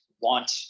want